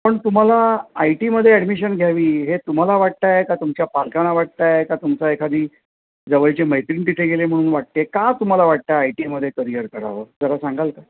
पण तुम्हाला आय टीमध्ये ॲडमिशन घ्यावी हे तुम्हाला वाटतं आहे का तुमच्या पालकांना वाटतं आहे का तुमचा एखादी जवळची मैत्रीण तिथे गेली म्हणून वाटते का तुम्हाला वाटतं आहे आय टीमध्ये करियर करावं खरं सांगाल का